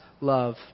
love